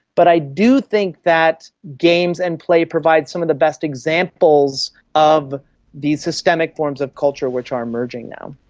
but i do think that games and play provides some of the best examples of the systemic forms of culture which are emerging now.